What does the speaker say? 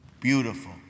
beautiful